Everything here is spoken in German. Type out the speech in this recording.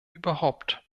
überhaupt